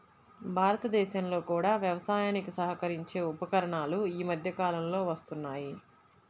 భారతదేశంలో కూడా వ్యవసాయానికి సహకరించే ఉపకరణాలు ఈ మధ్య కాలంలో వస్తున్నాయి